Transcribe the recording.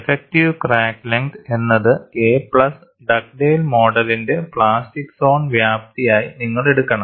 effective crack length എന്നത് A plus Dugdale മോഡലിന്റെ Dugdale's model plastic zone വ്യാപ്തി ആയി നിങ്ങൾ എടുക്കണം